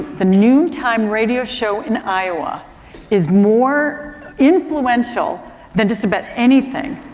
the noontime radio show in iowa is more influential than just about anything,